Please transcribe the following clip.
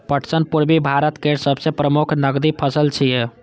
पटसन पूर्वी भारत केर सबसं प्रमुख नकदी फसल छियै